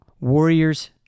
Warriors-